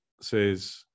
says